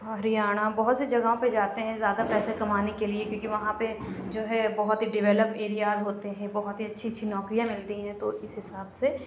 ہریانا بہت سی جگہوں پہ جاتے ہیں زیادہ پیسے کمانے کے لیے کیوں کہ وہاں پہ جو ہے بہت ہی ڈیولپ ایریاز ہوتے ہیں بہت اچھی اچھی نوکریاں ملتی ہیں تو اِس حساب سے